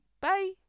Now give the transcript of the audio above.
Bye